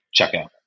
checkout